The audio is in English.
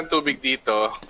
will be in